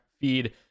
feed